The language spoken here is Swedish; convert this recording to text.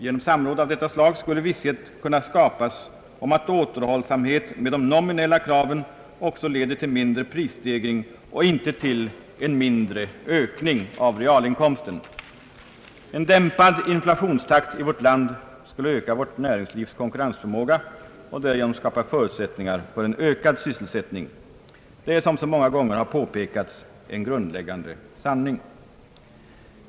Genom samråd skulle visshet kunna skapas om att återhållsamhet med de nominella kraven också leder till mindre prisstegring och inte till en mindre ökning av realinkomsten. En dämpad inflationstakt i vårt land skulle öka vårt näringslivs konkurrensförmåga «och därigenom skapa förutsättningar för en ökad sysselsättning. Det är som så många gånger har påpekats en grundläggande sanning.